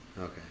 Okay